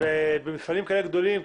ובמפעלים כאלה גדולים,